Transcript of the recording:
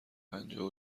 پنجاه